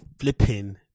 flipping